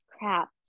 Crap